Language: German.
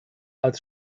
als